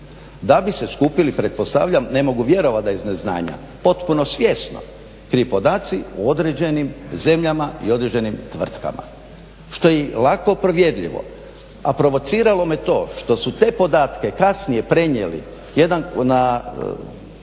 da bi se skupili pretpostavljam, ne mogu vjerovat da je iz neznanja, potpuno svjesno krivi podaci o određenim zemljama i određenim tvrtkama što je lako provjerljivo. A provociralo me to što su te podatke kasnije prenijeli jedan